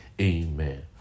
Amen